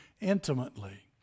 intimately